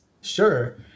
Sure